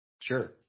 Sure